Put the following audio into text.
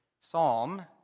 psalm